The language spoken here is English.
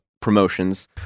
promotions